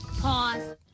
Pause